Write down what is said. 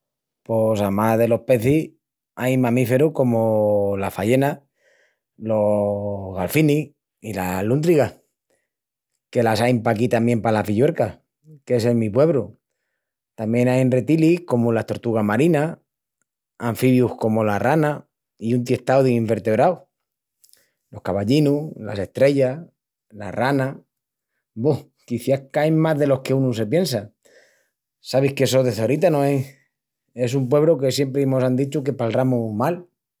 Pos amás delos pecis, ain mamíferus comu las ballenas, los galfinis i las lúntrigas, que las ain paquí tamién palas Villuercas, qu'es el mi puebru. Tamién ain retilis comu las tortugas marinas, anfibius comu las ranas i un tiestau de invertebraus, los cavallinus, las estrellas, las ranas, bu, quiciás qu'ain más delos qu'unu se piensa. Sabis que só de Çorita, no es? Es un puebru que siempri mos án dichu que palramus mal.